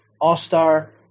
all-star